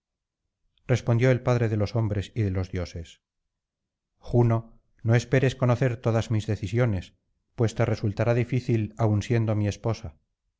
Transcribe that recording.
respondió el padre de los hombres y de los dioses juno no esperes conocer todas mis decisiones pues te resultará difícil aun siendo mi esposa